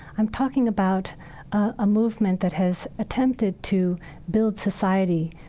i'm talking about a movement that has attempted to build society,